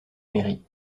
mairie